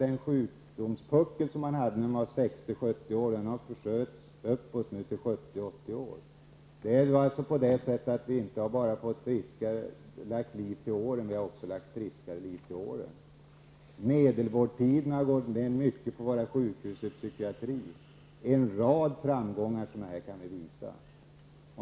Den sjukdomspuckel som tidigare fanns bland människor mellan 60 och 70 år hade förskjutits uppåt till åldrarna 70--80 år. Vi har inte bara lagt fler år till livet utan också ett friskare liv till åren. Medelvårdstiderna har gått ned mycket inom psykiatrin, och vi kan visa upp en rad andra framgångar inom vården.